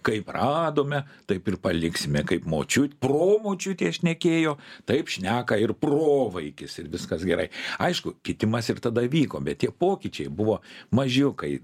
kaip radome taip ir paliksime kaip močiut pro močiutė šnekėjo taip šneka ir provaikis ir viskas gerai aišku kitimas ir tada vyko bet tie pokyčiai buvo mažiukai